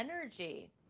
energy